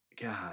God